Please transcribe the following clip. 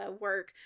work